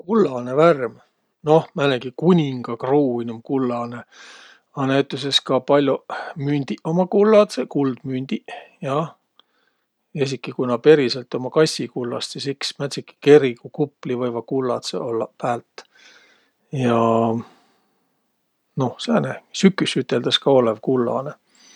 Kullanõ värm? Noh, näänegi kuninga kruun um kullanõ, a näütüses ka pall'oq mündiq ummaq kulladsõq, kuldmündiq, jah. Esiki, ku nä periselt ummaq kassikullast, sis iks. Määntsegi kerigukupliq võivaq kulladsõq ollaq päält. Noh, sääne. Süküs üteldäs ka ollõv kullanõ.